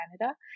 Canada